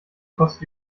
kostet